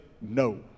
no